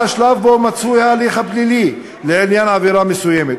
על השלב שבו מצוי ההליך הפלילי לעניין עבירה מסוימת,